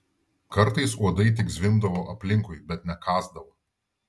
kartais uodai tik zvimbdavo aplinkui bet nekąsdavo